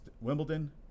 Wimbledon